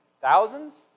Thousands